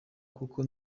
kuko